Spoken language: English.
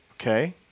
Okay